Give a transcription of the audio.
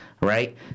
right